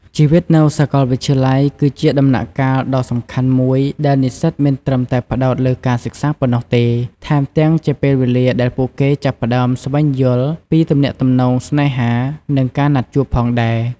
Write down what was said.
ជីវិតនៅសកលវិទ្យាល័យ គឺជាដំណាក់កាលដ៏សំខាន់មួយដែលនិស្សិតមិនត្រឹមតែផ្តោតលើការសិក្សាប៉ុណ្ណោះទេ ថែមទាំងជាពេលវេលាដែលពួកគេចាប់ផ្ដើមស្វែងយល់ពីទំនាក់ទំនងស្នេហា និងការណាត់ជួបផងដែរ។